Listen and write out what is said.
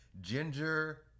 Ginger